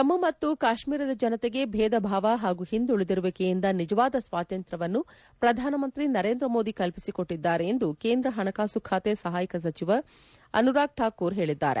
ಜಮ್ನು ಮತ್ತು ಕಾಶ್ಮೀರದ ಜನತೆಗೆ ಭೇದ ಭಾವ ಹಾಗೂ ಹಿಂದುಳಿದಿರುವಿಕೆಯಿಂದ ನಿಜವಾದ ಸ್ವಾತಂತ್ರ್ಕವನ್ನು ಪ್ರಧಾನಮಂತ್ರಿ ನರೇಂದ್ರ ಮೋದಿ ಕಲ್ಪಿಸಿಕೊಟ್ಟಿದ್ದಾರೆ ಎಂದು ಕೇಂದ್ರ ಹಣಕಾಸು ಖಾತೆ ಸಹಾಯಕ ಸಚಿವ ಅನುರಾಗ್ ಠಾಕೂರ್ ಹೇಳಿದ್ದಾರೆ